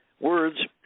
words